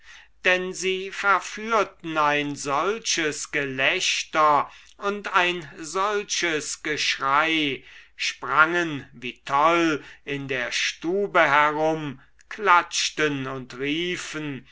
denn sie verführten ein solches gelächter und ein solches geschrei sprangen wie toll in der stube herum klatschten und riefen